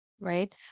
right